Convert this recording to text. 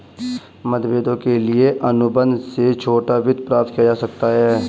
मतभेदों के लिए अनुबंध से छोटा वित्त प्राप्त किया जा सकता है